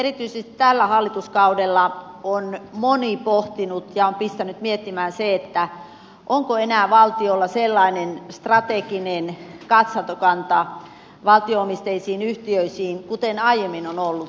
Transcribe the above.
erityisesti tällä hallituskaudella on moni pohtinut sitä ja on pistänyt miettimään se onko enää valtiolla sellainen strateginen katsantokanta valtio omisteisiin yhtiöihin kuten aiemmin on ollut